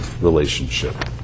relationship